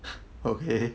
okay